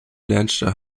leinster